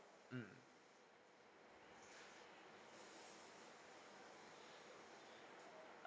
mm